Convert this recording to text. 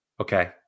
Okay